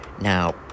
Now